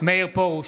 מאיר פרוש,